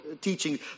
teaching